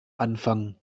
anfangen